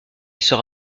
sera